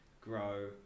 grow